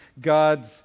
God's